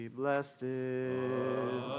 blessed